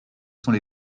sont